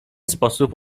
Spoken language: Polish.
sposób